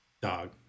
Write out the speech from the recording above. Dog